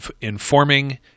informing